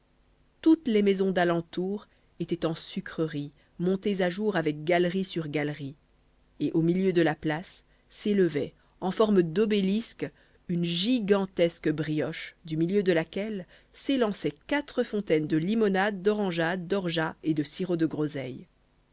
toutes les maisons d'alentour étaient en sucreries montées à jour avec galeries sur galeries et au milieu de la place s'élevait en forme d'obélisque une gigantesque brioche du milieu de laquelle s'élançaient quatre fontaines de limonade d'orangeade d'orgeat et de sirop de groseille